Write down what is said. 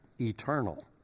eternal